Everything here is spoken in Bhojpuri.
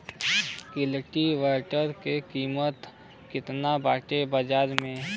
कल्टी वेटर क कीमत केतना बाटे बाजार में?